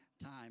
time